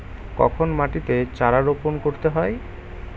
কখন মাটিতে চারা রোপণ করতে হয়?